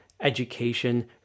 education